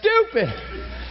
stupid